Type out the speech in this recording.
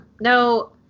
No